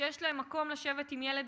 שיש להם מקום לשבת עם ילד,